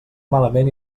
malament